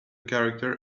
character